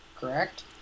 Correct